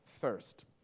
thirst